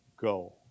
go